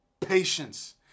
patience